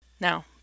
Now